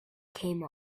came